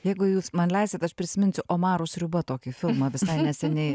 jeigu jūs man leisit aš prisiminsiu omarų sriuba tokį filmą visai neseniai